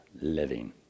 living